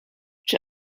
czy